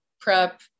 prep